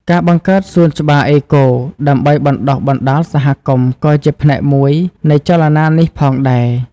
ការបង្កើតសួនច្បារអេកូ ដើម្បីបណ្តុះបណ្តាលសហគមន៍ក៏ជាផ្នែកមួយនៃចលនានេះផងដែរ។